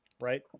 right